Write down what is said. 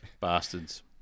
bastards